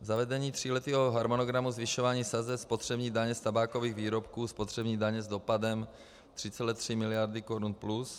Zavedení tříletého harmonogramu zvyšování sazeb spotřební daně z tabákových výrobků, spotřební daně s dopadem 3,3 mld. korun plus.